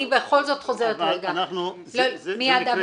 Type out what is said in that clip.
זה מקרה